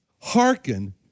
Hearken